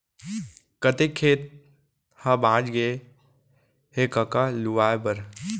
कतेक खेत ह बॉंच गय हे कका लुवाए बर?